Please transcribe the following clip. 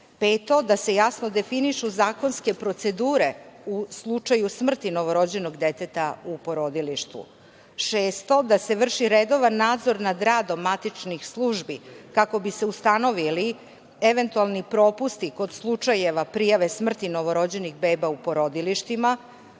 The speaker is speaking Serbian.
da se jasno definišu zakonske procedure u slučaju novorođenog deteta u porodilištu. Šesto, da se vrši redovan nadzor nad radom matičnih službi kako bi se ustanovili eventualni propusti kod slučajeva prijave smrti novorođenih beba u porodilištima. Kao